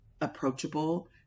approachable